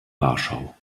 warschau